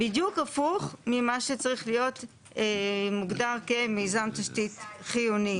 בדיוק הפוך ממה שצריך להיות מוגדר כמיזם תשתית חיוני.